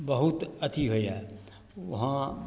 बहुत अथी होइए वहाँ